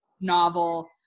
novel